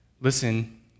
listen